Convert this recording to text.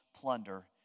plunder